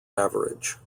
average